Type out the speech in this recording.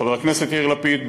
חבר הכנסת יאיר לפיד,